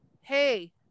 hey